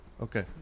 Okay